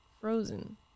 Frozen